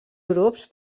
grups